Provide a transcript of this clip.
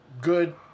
good